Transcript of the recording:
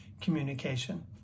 communication